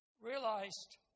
realized